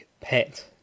Pet